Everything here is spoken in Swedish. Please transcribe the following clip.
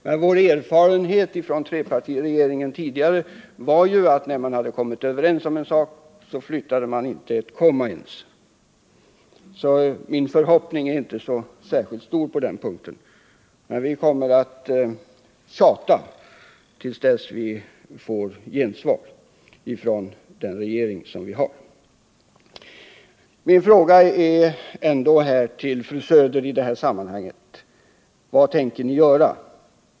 Men våra tidigare erfarenheter av trepartiregeringen är att när man kommit överens om en sak, så vill man inte ens flytta på ett kommatecken. Min förhoppning på den punkten är därför inte särskilt stor. Men vi kommer att tjata till dess vi får gensvar från den regering som vi har. Min fråga till fru Söder i detta sammanhang är: Vad tänker ni göra?